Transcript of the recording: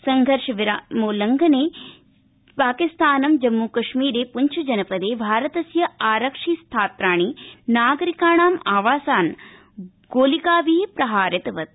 संघर्षविरामोल्लङ्यत् पाकिस्तानं जम्मू कश्मीर पृंछ जनपदे भारतस्य आरक्षिस्थात्राणि नागरिकाणाम् आवासान् गोलिकाभि प्रहारितवत्